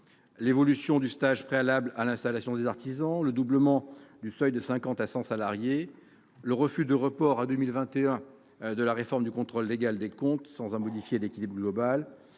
l'évolution du stage préalable à l'installation des artisans, le doublement du seuil de cinquante à cent salariés, le refus d'un report à 2021 de la réforme du contrôle légal des comptes sans en modifier l'équilibre global,